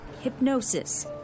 hypnosis